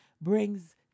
brings